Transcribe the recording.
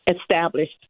established